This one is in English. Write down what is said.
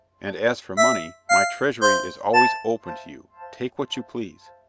and as for money, my treasury is always open to you. take what you please.